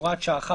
הוראת שעה1.